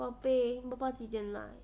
宝贝我们几点来